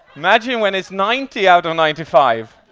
imagine when it's ninety out of ninety five.